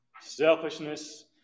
selfishness